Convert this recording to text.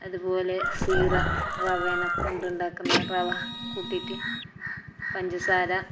അതുപോലെ സീറ റവേന കൊണ്ടുണ്ടാക്കുന്ന റവ കൂട്ടിറ്റ് പഞ്ചസാര